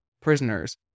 prisoners